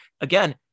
again